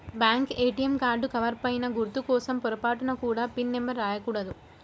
bank ATM card cover పైన గుర్తు కోసం పొరపాటున కూడా పిన్ నెంబర్ రాయకూడదు